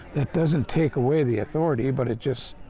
that doesn't take away the authority, but it just